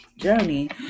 journey